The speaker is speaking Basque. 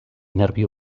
nerbio